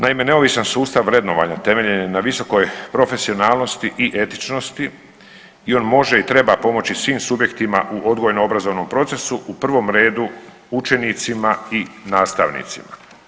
Naime, neovisan sustav vrednovanja temeljen je na visokoj profesionalnosti i etičnosti i on može i treba pomoći svih subjektima u odgojno-obrazovnom procesu u prvom redu učenicima i nastavnicima.